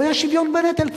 לא יהיה שוויון בנטל,